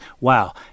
wow